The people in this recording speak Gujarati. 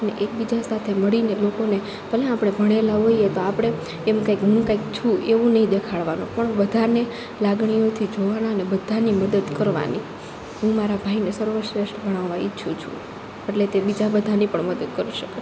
અને એકબીજા સાથે મળીને લોકોને ભલે આપણે ભણેલાં હોઈએ તો આપણે એમ કાંઈક હું કાંઈક છું એવું નહીં દેખાડવાનું પણ બધાને લાગણીઓથી જોવાના ને બધાની મદદ કરવાની હું મારા ભાઈને સર્વશ્રેષ્ઠ ભણાવવા ઈચ્છું છું એટલે તે બીજા બધાની પણ મદદ કરી શકે